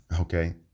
okay